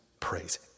Praise